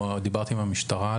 או המשטרה,